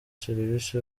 serivisi